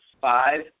five